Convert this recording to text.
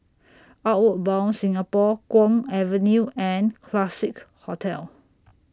Outward Bound Singapore Kwong Avenue and Classique Hotel